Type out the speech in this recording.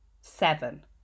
Seven